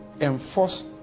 enforce